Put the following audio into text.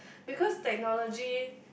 because technology